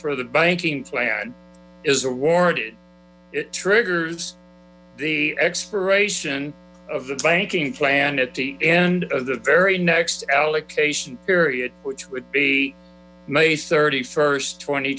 for the banking plan is awarded it triggers the expiration of the banking plan at the end of the very next allocation period which would be may thirty first twenty